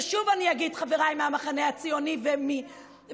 ושוב אני אגיד, חבריי מהמחנה הציוני וממרצ: